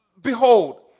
Behold